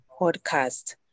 podcast